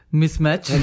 mismatch